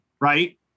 right